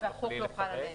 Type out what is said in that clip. תוכלי לפרט?